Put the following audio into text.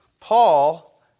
Paul